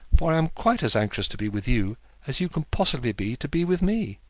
for i am quite as anxious to be with you as you can possibly be to be with me